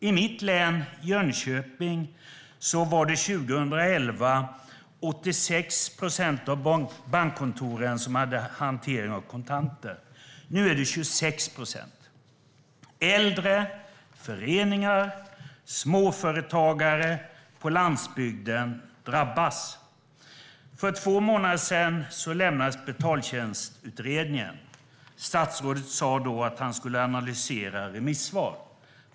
I mitt län, Jönköping, hade 86 procent av bankkontoren hantering av kontanter 2011. Nu är det 26 procent. Äldre, föreningar och småföretagare på landsbygden drabbas. För två månader sedan lämnades Betaltjänstutredningen till regeringen. Statsrådet sa då att han skulle analysera remissvaren.